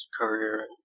career